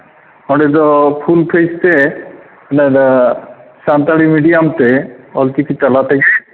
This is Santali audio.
ᱚᱸᱰᱮ ᱫᱚ ᱯᱷᱩᱞ ᱯᱷᱮᱹᱡᱽ ᱛᱮ ᱱᱚᱸᱰᱮ ᱥᱟᱱᱛᱟᱲᱤ ᱢᱤᱰᱤᱭᱟᱢᱛᱮ ᱚᱞᱪᱤᱠᱤ ᱛᱟᱞᱟ ᱛᱮᱜᱮ